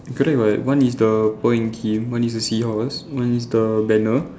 correct what one is the Paul and Kim one is the seahorse one is the banner